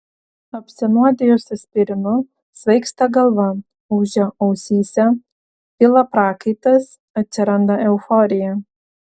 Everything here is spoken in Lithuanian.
apsinuodijus aspirinu svaigsta galva ūžia ausyse pila prakaitas atsiranda euforija